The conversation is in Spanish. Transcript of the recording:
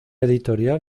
editorial